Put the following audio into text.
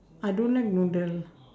I don't like noodle